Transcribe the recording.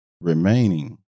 remaining